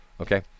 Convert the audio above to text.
Okay